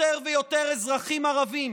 יותר ויותר אזרחים ערבים